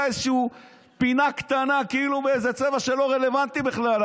איזושהי פינה קטנה באיזה צבע שלא רלוונטי בכלל.